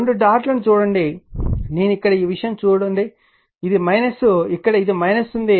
రెండు డాట్ లను చూడండి నేను ఇక్కడ ఈ విషయం చూడండి ఇది ఇక్కడ ఇది ఉంది